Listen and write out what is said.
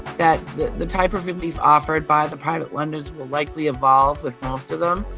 that the the type of relief offered by the private lenders will likely evolve with most of them.